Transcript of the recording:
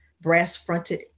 brass-fronted